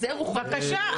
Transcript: בבקשה,